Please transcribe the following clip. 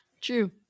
true